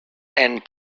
and